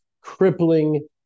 crippling